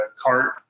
cart